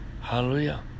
Hallelujah